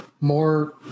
more